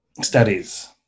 Studies